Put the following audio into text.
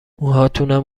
موهاتونم